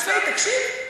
חד-משמעית, תקשיב.